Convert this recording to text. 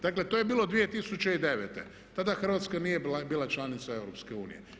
Dakle, to je bilo 2009., tada Hrvatska nije bila članica EU.